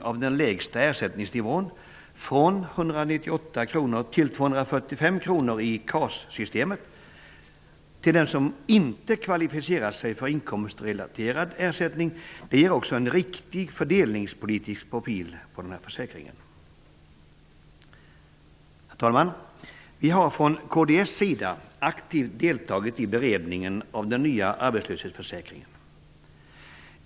kr till den som inte kvalificerar sig för en inkomstrelaterad ersättning ger också en riktig fördelningspolitisk profil på den här försäkringen. Herr talman! Vi har från kds sida aktivt deltagit i beredningen av den nya arbetslöshetsförsäkringen.